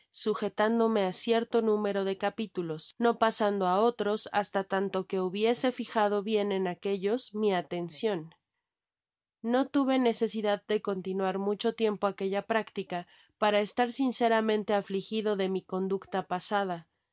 sujetándome á cierto número de capítulos no pasando á otros hasta tanto que hubiese fijado bien en aque líos mi atencion no tuve necesidad de continuar mucho tiempo aquella práctica para estar sinceramente afligido de mi conducta pasada